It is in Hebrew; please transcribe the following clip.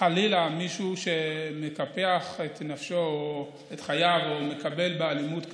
שחלילה מישהו מקפח את נפשו או את חייו או נתקל באלימות קשה,